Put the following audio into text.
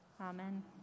Amen